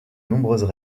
nombreuses